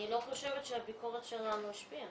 אני לא חושבת שהביקורת שלנו השפיעה.